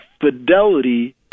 fidelity